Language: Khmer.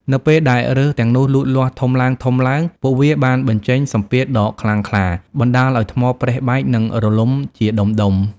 នៅពេលដែលឬសទាំងនោះលូតលាស់ធំឡើងៗ ពួកវាបានបញ្ចេញសម្ពាធដ៏ខ្លាំងក្លា បណ្ដាលឱ្យថ្មប្រេះបែក និងរលំជាដុំៗ។